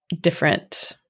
different